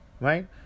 Right